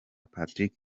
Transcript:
patrick